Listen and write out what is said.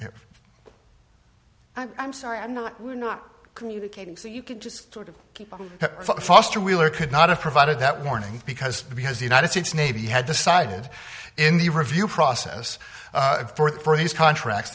mother i'm sorry i'm not we're not communicating so you could just sort of foster wheeler could not have provided that warning because because the united states navy had decided in the review process for these contracts